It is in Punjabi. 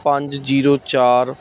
ਪੰਜ ਜ਼ੀਰੋ ਚਾਰ